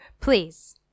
Please